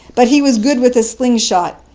but he was good with his slingshot.